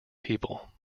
people